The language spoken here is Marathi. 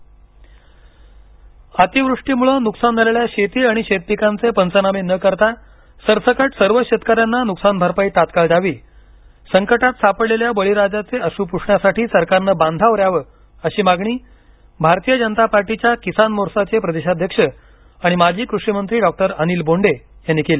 अनिल बोंडे अतिवृष्टीमुळे नुकसान झालेल्या शेती आणि शेतपिकांचे पंचनामे न करता सरसकट सर्व शेतकर्यांमना नुकसान भरपाई तात्काळ द्यावी संकटात सापडलेल्या बळीराजाचे अश्रू पुसण्यासाठी सरकारनं बांधावर यावं अशी मागणी भारतीय जनता पार्टीच्या किसान मोर्चाचे प्रदेशाध्यक्ष आणि माजी कृषिमंत्री डॉक्टर अनिल बोंडे यांनी केली